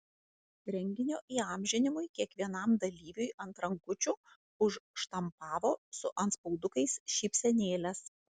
renginio įamžinimui kiekvienam dalyviui ant rankučių užštampavo su antspaudukais šypsenėles